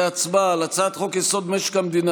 להצבעה על הצעת חוק-יסוד: משק המדינה